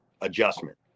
adjustment